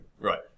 Right